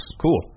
Cool